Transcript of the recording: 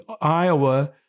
Iowa